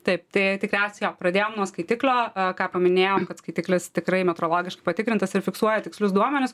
taip tai tikriausiai jo pradėjom nuo skaitiklio ką paminėjome kad skaitiklis tikrai metrologiškai patikrintas ir fiksuoja tikslius duomenis